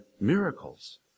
miracles